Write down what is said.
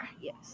Yes